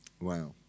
Wow